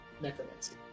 Necromancy